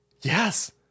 Yes